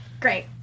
great